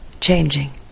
changing